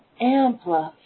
amplify